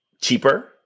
cheaper